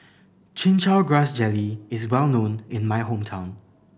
Chin Chow Grass Jelly is well known in my hometown